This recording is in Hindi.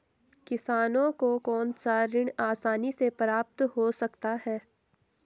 किसानों को कौनसा ऋण आसानी से प्राप्त हो सकता है?